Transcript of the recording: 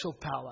power